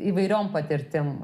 įvairiom patirtim